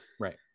Right